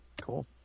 Cool